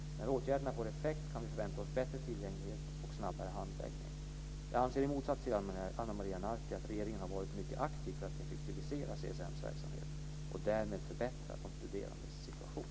När åtgärderna får effekt kan vi förvänta oss bättre tillgänglighet och snabbare handläggning. Jag anser i motsats till Ana Maria Narti att regeringen har varit mycket aktiv för att effektivisera CSN:s verksamhet och därmed förbättra de studerandes situation.